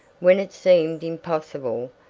when it seemed impossible,